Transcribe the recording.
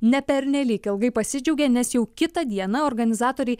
ne pernelyg ilgai pasidžiaugė nes jau kitą dieną organizatoriai